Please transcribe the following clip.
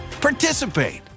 participate